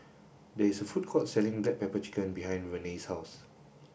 there is a food court selling black pepper chicken behind Renae's house